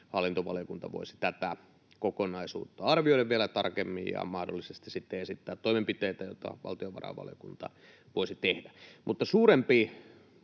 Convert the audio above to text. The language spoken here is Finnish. hallintovaliokunta voisi tätä kokonaisuutta arvioida vielä tarkemmin ja mahdollisesti sitten esittää toimenpiteitä, joita valtiovarainvaliokunta voisi tehdä. Mutta suurempi